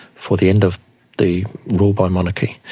for the end of the rule by monarchy,